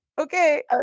okay